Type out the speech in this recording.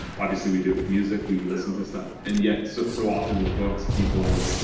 obviously, we do it with music we listen to stuff. and yet so so often with books, people,